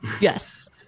Yes